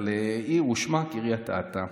על עיר ושמה קריית אתא.